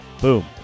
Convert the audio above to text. boom